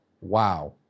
Wow